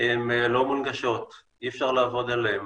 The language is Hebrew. הן לא מונגשות, אי אפשר לעבוד עליהן.